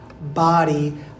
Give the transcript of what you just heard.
body